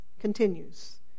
continues